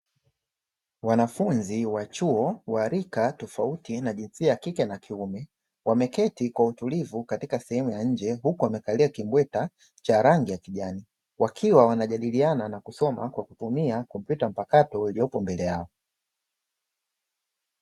Wanafunzi wa chuo wa rika tofauti na jinsia ya kike na kiume, wameketi kwa utulivu katika sehemu ya nje, huku wamekalia kimbweta cha rangi ya kijani, wakiwa wanajadiliana na kusoma kwa kutumia kompyuta mpakato iliyopo mbele yao.